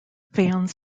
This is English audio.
fans